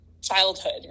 childhood